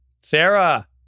Sarah